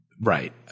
Right